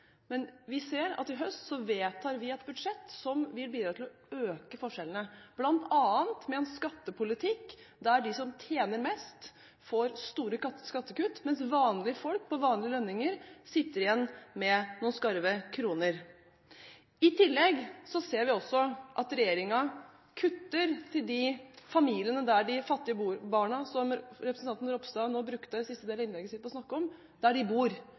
Men vi ser at i høst vedtar vi et budsjett som vil bidra til å øke forskjellene, bl.a. med en skattepolitikk der de som tjener mest, får store skattekutt, mens vanlige folk på vanlige lønninger sitter igjen med noen skarve kroner. I tillegg ser vi også at regjeringen kutter til familiene til de fattige barna, som representanten Ropstad nå brukte siste delen av innlegget sitt på å snakke om,